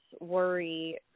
worry